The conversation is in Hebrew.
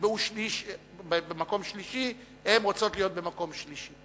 נקבעו במקום שלישי, הן רוצות להיות במקום שלישי.